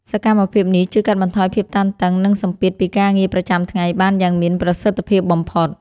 សកម្មភាពនេះជួយកាត់បន្ថយភាពតានតឹង និងសម្ពាធពីការងារប្រចាំថ្ងៃបានយ៉ាងមានប្រសិទ្ធភាពបំផុត។